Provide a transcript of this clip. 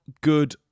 good